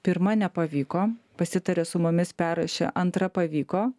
pirma nepavyko pasitarė su mumis perrašė antra pavyko